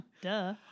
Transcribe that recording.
Duh